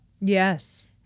yes